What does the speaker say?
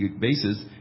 basis